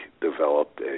developed